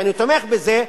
ואני תומך בזה,